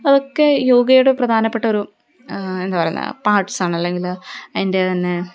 അതൊക്കെ യോഗയുടെ പ്രധാനപ്പെട്ടൊരു എന്താ പറയുന്നേ പാർട്ട്സാണ് അല്ലെങ്കില് അതിൻ്റെ തന്നെ